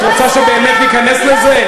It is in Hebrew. את רוצה שבאמת ניכנס לזה?